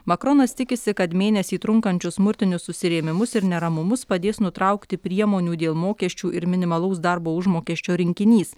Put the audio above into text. makronas tikisi kad mėnesį trunkančius smurtinius susirėmimus ir neramumus padės nutraukti priemonių dėl mokesčių ir minimalaus darbo užmokesčio rinkinys